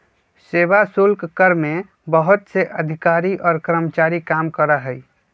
सेवा शुल्क कर में बहुत से अधिकारी और कर्मचारी काम करा हई